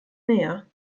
näher